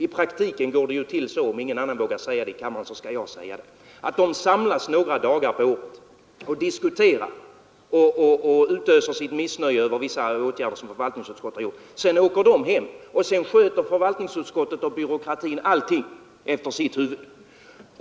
I praktiken går det till så — om ingen annan vågar säga det i kammaren, skall jag göra det — att landstingsmännen samlas några dagar varje år och diskuterar åtgärder som förvaltningsutskottet vidtagit. Sedan de åkt hem sköter förvaltningsutskottet och byråkratin det mesta efter sitt huvud.